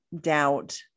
doubt